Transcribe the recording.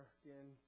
again